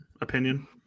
opinion